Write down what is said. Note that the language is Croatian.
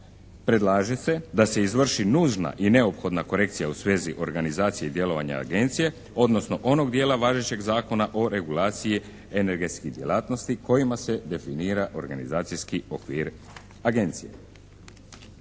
predlaže se da se izvrši nužna i neophodna korekcija u svezi organizacije djelovanja agencije odnosno onog dijela važećeg Zakona o regulaciji energetskih djelatnosti kojima se definira organizacijski okvir agencije.